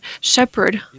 shepherd